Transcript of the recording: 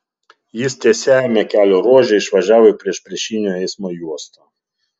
jis tiesiajame kelio ruože išvažiavo į priešpriešinio eismo juostą